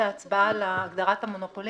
בעת ההצבעה על הגדרת המונופולין.